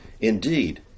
Indeed